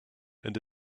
and